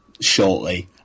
shortly